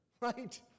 Right